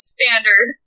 Standard